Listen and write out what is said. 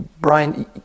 Brian